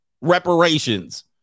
Reparations